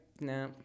no